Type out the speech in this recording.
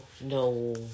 no